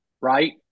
right